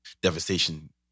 devastation